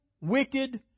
wicked